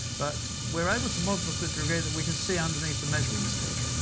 but we're able to model to the degree that we can see underneath the measuring stick.